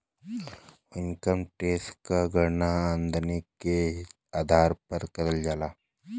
income tax क गणना आमदनी के आधार पर करल जाला